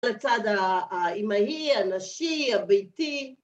‫לצד האמאי, הנשי, הביתי.